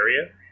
area